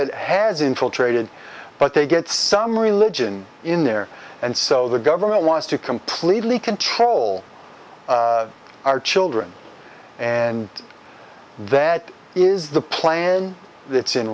that has infiltrated but they get some religion in there and so the government wants to completely control our children and that is the plan that's in